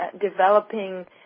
developing